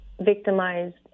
victimized